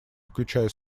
включая